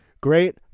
great